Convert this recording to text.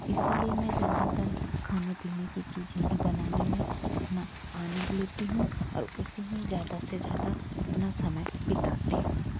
इसी लिए मैं ज़्यादातर खाने पीने की चीज़ें ही बनाने में अपना आनंद लेती हूँ और उसी में ज़्यादा से ज़्यादा अपना समय बिताती हूँ